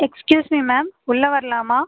excuse me ma'am உள்ளே வரலாமா